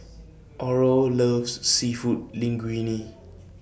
Aurore loves Seafood Linguine